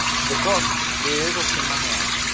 the book is, in my hand,